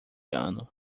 ano